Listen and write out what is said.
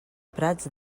prats